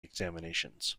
examinations